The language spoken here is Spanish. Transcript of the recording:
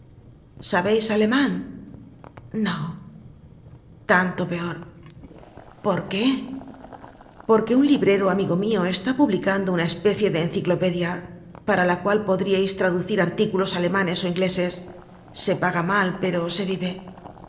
sabeis aleman no tanto peor por qué porque un librero amigo mio está publicando una especie de enciclopedia para la cual podríais traducir artículos alemanes ó ingleses se paga mal pero se vive